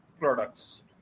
products